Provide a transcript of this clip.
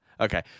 Okay